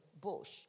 bush